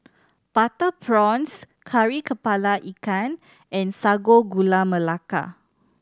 butter prawns Kari Kepala Ikan and Sago Gula Melaka